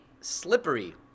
slippery